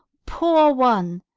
poor one,